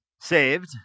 saved